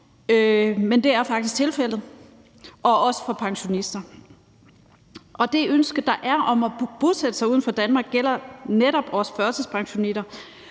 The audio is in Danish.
men det er faktisk tilfældet, også for pensionister. Det ønske, der er om at bosætte sig uden for Danmark, gælder netop også førtidspensionister,